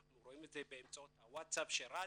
אנחנו רואים את זה באמצעות הוואטסאפ שרץ,